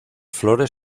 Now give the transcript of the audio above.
flores